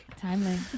Timely